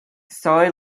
sorry